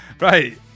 right